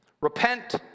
Repent